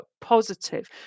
positive